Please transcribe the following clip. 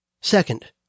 Second